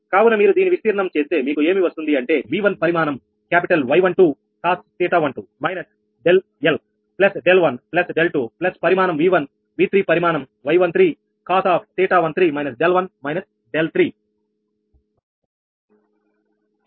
కావున మీరు దీని విస్తీర్ణం చేస్తే మీకు ఏమి వస్తుంది అంటే V1 పరిమాణం capital Y12cos𝜃12 − 𝛿𝐿 plus 𝛿1 plus 𝛿2 plus పరిమాణం V1 V3 పరిమాణం Y13cos𝜃13 − 𝛿1 − 𝛿3